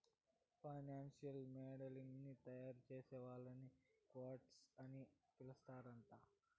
financial modelling ని తయారుచేసే వాళ్ళని క్వాంట్స్ అని పిలుత్తరాంట